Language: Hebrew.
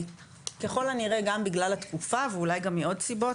ככל הנראה גם בגלל התקופה ואולי גם מעוד סיבות,